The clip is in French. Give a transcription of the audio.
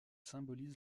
symbolise